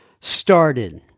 started